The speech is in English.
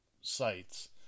sites